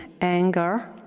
anger